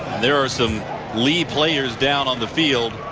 there are some lead players down on the field.